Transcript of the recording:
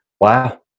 wow